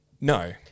No